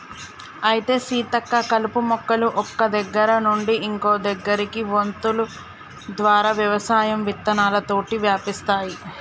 అయితే సీతక్క కలుపు మొక్కలు ఒక్క దగ్గర నుండి ఇంకో దగ్గరకి వొంతులు ద్వారా వ్యవసాయం విత్తనాలతోటి వ్యాపిస్తాయి